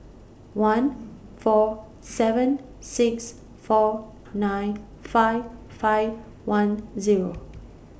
one four seven six four nine five five one Zero